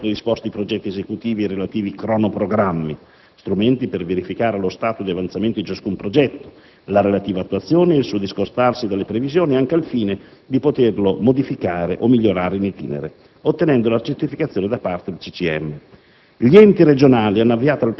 Tutte le Regioni e Province autonome hanno predisposto i progetti esecutivi e i relativi cronoprogrammi (strumenti per verificare lo stato di avanzamento di ciascun progetto, la relativa attuazione ed il suo discostarsi dalle previsioni, anche al fine di poterlo modificare e migliorarlo in *itinere*), ottenendo la certificazione da parte del CCM.